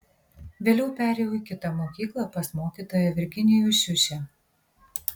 vėliau perėjau į kitą mokyklą pas mokytoją virginijų šiušę